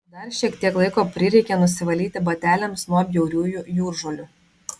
dar šiek tiek laiko prireikė nusivalyti bateliams nuo bjauriųjų jūržolių